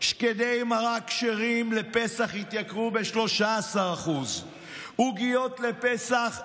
שקדי מרק כשרים לפסח התייקרו ב-13%; עוגיות לפסח,